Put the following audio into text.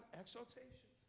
exaltation